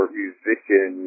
musician